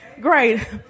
great